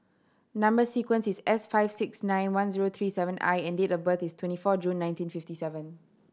number sequence is S five six nine one zero three seven I and date of birth is twenty four June nineteen fifty seven